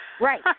right